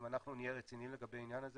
אם אנחנו נהיה רציניים לגבי העניין הזה